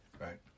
right